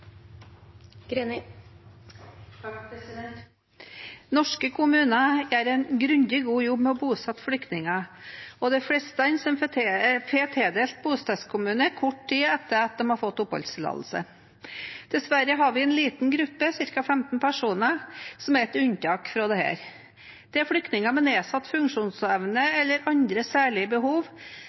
Norske kommuner gjør en grundig god jobb med å bosette flyktninger, og de fleste får tildelt bostedskommune kort tid etter at de har fått oppholdstillatelse. Dessverre har vi en liten gruppe, ca. 15 personer, som er et unntak fra dette. Det er flyktninger med nedsatt funksjonsevne eller andre særlige behov